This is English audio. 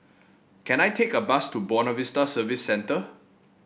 can I take a bus to Buona Vista Service Centre